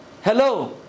Hello